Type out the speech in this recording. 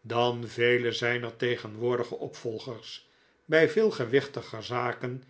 dan vele zijner tegenwoordige opvolgers bij veel gewichtiger zaken